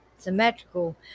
symmetrical